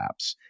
apps